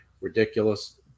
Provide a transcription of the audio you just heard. Ridiculous